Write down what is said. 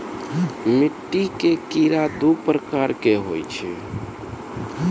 मिट्टी के कीड़ा दू प्रकार के होय छै